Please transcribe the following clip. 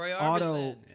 auto